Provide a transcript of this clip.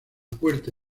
puerta